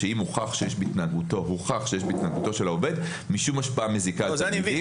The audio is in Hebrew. שאם הוכח שיש בהתנהגותו של העובד משום השפעה מזיקה לסובבים,